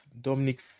Dominic